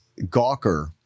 Gawker